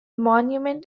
monument